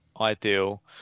ideal